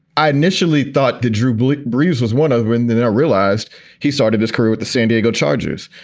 i initially thought drew blake brees was won over. and then i realized he started his career with the san diego chargers.